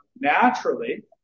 naturally